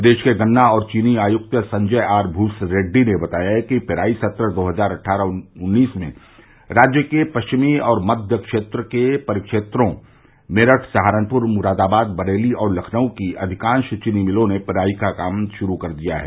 प्रदेश के गन्ना और चीनी आयुक्त संजय आर भूसरेड्डी ने बताया कि पेराई सत्र दो हजार अट्वारह उन्नीस में राज्य के पश्चिमी और कव्य षेत्र के परिक्षेत्रों मेरठ सहारनपुर मुरादाबाद बरेली और लखनऊ की अविकांश चीनी मिलों ने पेराई का काम गुरू कर दिया है